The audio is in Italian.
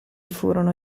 furono